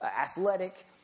athletic